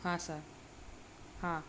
हा सर हां